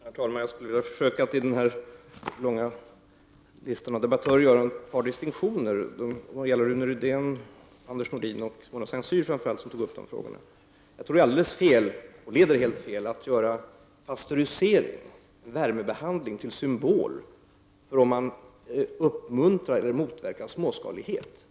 Herr talman! Jag skall göra några distinktioner i frågor som togs upp av Rune Rydén, Anders Nordin och Mona Saint Cyr, på den långa listan av debattörer. Det leder helt fel att göra pastörisering, värmebehandling, till kriterium för huruvida man uppmuntrar eller motverkar småskalighet.